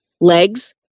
legs